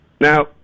Now